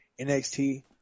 NXT